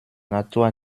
natur